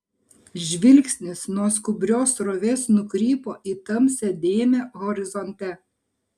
žvilgsnis nuo skubrios srovės nukrypo į tamsią dėmę horizonte